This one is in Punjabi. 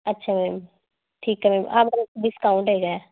ਅੱਛਾ ਮੈਮ ਠੀਕ ਹੈ ਮੈਮ ਆਹ ਮਤਲਬ ਡਿਸਕਾਊਂਟ ਹੈਗਾ